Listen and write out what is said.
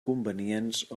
convenients